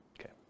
Okay